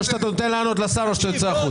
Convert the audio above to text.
או שאתה נותן לשר לענות או שאתה יוצא החוצה.